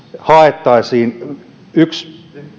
haettaisiin yksi